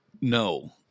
no